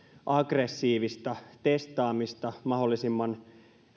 aggressiivista testaamista mahdollisimman